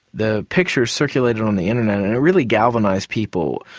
the pictures circulated on the internet and it really galvanised people,